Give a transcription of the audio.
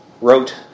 wrote